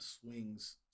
swings